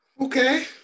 Okay